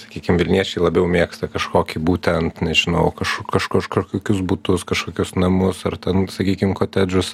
sakykim vilniečiai labiau mėgsta kažkokį būtent nežinau kažku kažkokius butus kažkokius namus ar ten sakykim kotedžus